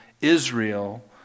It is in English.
Israel